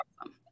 awesome